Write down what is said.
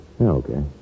okay